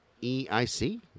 E-I-C